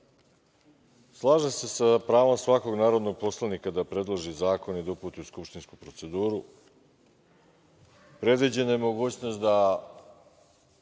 slažem se sa pravom svakog narodnog poslanika da predloži zakon i da ga uputi u skupštinsku proceduru. Predviđena je mogućnost da